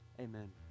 Amen